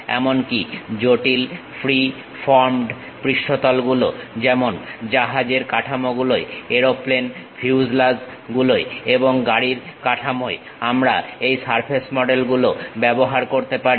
এমনকি জটিল free formed পৃষ্ঠতল গুলো যেমন জাহাজের কাঠামোগুলোয় এরোপ্লেন ফিউজলাজ গুলোয় এবং গাড়ির কাঠামোয় আমরা এই সারফেস মডেল গুলো ব্যবহার করতে পারি